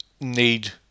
need